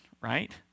right